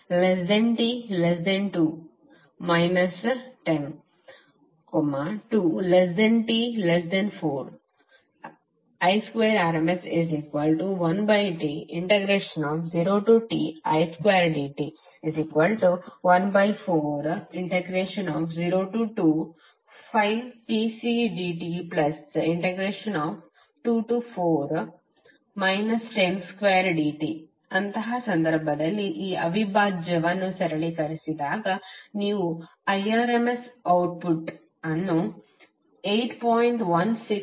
it5t0t2 102t4 Irms21T0Ti2dt14025tcdt24 102dt ಅಂತಹ ಸಂದರ್ಭದಲ್ಲಿ ಈ ಅವಿಭಾಜ್ಯವನ್ನು ಸರಳೀಕರಿಸಿದಾಗ ನೀವು Irms ಔಟ್ಪುಟ್ ಅನ್ನು 8